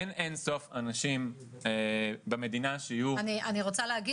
אין אין-סוף אנשים במדינה שיהיו --- אני רוצה להגיד